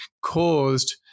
caused